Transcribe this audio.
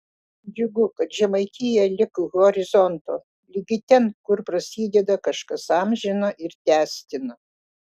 džiugu kad žemaitija lig horizonto ligi ten kur prasideda kažkas amžina ir tęstina